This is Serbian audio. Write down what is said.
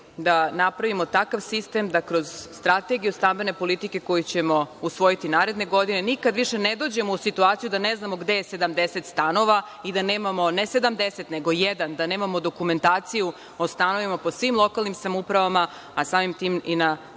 da napravimo takav sistem da kroz strategiju stambene politike koju ćemo usvojiti naredne godine nikad više ne dođemo u situaciju da ne znamo gde je 70 stanova i da nemamo ne 70, nego jedan, da nemamo dokumentaciju o stanovima po svim lokalnim samoupravama, a samim tim i na nivou